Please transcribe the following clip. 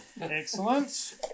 Excellent